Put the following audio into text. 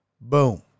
Boom